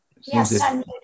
Yes